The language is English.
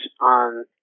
on